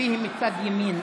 תגביהי מצד ימין.